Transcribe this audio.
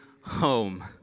home